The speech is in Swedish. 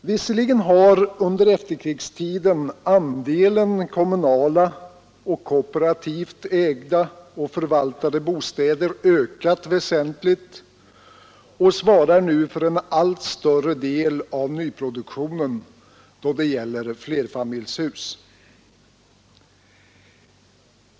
Visserligen har under efterkrigstiden andelen kommunala och kooperativt ägda och förvaltade bostäder ökat väsentligt och svarar nu för en allt större del av nyproduktionen då det gäller flerfamiljshus.